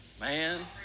Man